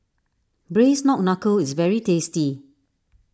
Braised Knuckle is very tasty